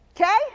Okay